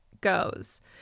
goes